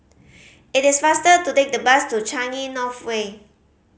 it is faster to take the bus to Changi North Way